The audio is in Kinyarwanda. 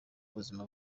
buzima